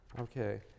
Okay